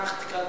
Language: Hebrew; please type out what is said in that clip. כך תקנים,